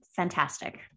Fantastic